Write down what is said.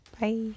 Bye